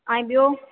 ऐं ॿियो